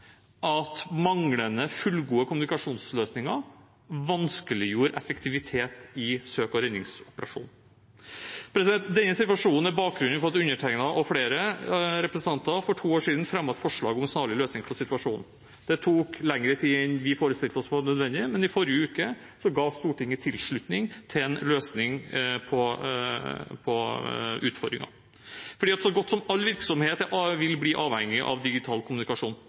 at manglende fullgode kommunikasjonsløsninger vanskeliggjorde effektiviteten i søk- og redningsoperasjonen. Denne situasjonen er bakgrunnen for at undertegnede og flere representanter for to år siden fremmet et forslag om en snarlig løsning. Det tok lenger tid enn vi forestilte oss var nødvendig, men i forrige uke ga Stortinget tilslutning til en løsning på utfordringen. Så godt som all virksomhet vil bli avhengig av digital kommunikasjon,